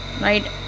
right